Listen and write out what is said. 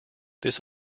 this